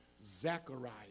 Zechariah